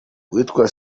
uwitwa